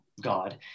God